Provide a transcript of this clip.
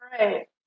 Right